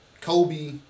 Kobe